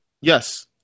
Yes